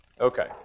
Okay